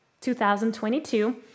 2022